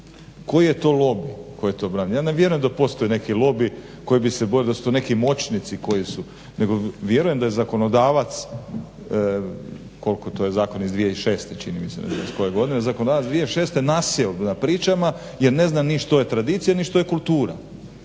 koji to brani? Ja ne vjerujem da postoji neki lobi koji bi se bojao da su to neki moćnici koji su nego vjerujem da je zakonodavac koliko je to je zakon iz 2006.čini mi se ne znam iz koje godine, zakonodavac 2006.nasjeo pričama jer ne zna ni što je tradicija ni što je kultura.